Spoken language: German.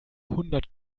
hundert